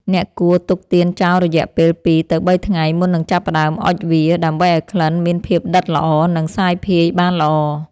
អ្នកគួរទុកទៀនចោលរយៈពេល ២ ទៅ ៣ ថ្ងៃ មុននឹងចាប់ផ្ដើមអុជវា ដើម្បីឱ្យក្លិនមានភាពដិតល្អ និងសាយភាយបានល្អ។